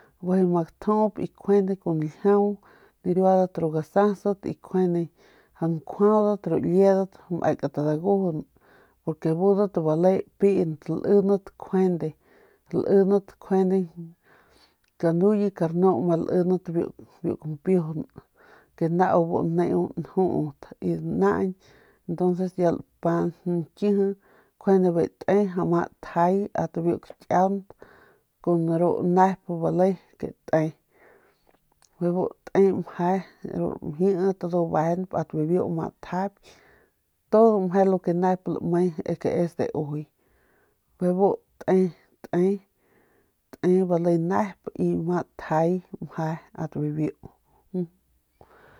y kjuende kun ljiau nariuadat ru gasast y kjuede njuaudat mekat dagujun porque budat bale pint y lindat kjuende kanuye karnu ma lindat biu kampiujun bu nau bu neu njuut y naañ kun ya lapa nkiji kjuande bijiy te ma tjay ast biu kakiaunt kun nep bale nep te bebu te meje ru ramjit ndu bejent ast biu kakiaunt todo lo ke u lame ke es de ujuy bebu te te y te bale nep y ma tjay ast bibiu.